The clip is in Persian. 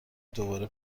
دوباره